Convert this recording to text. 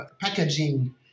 packaging